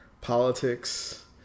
politics